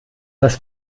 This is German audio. das